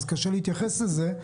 ולכן קשה להתייחס אליהם,